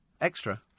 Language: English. extra